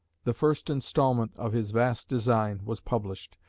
the first instalment of his vast design, was published,